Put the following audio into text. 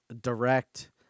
direct